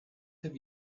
have